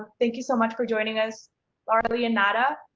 thank you so much for joining us lauralee and nada.